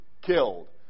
killed